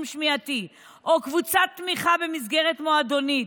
שמיעתי או קבוצת תמיכה במסגרת מועדונית.